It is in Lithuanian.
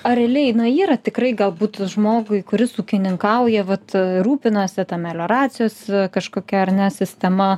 ar realiai na yra tikrai galbūt žmogui kuris ūkininkauja vat rūpinasi melioracijos kažkokia ar ne sistema